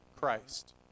Christ